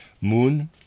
moon